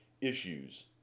issues